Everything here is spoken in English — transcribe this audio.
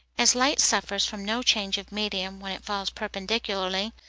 as light suffers from no change of medium when it falls perpendicularly,